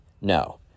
No